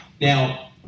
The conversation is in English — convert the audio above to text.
Now